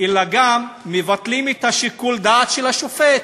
אלא גם מבטלים את שיקול הדעת של השופט,